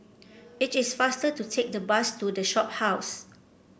it is faster to take the bus to The Shophouse